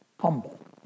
humble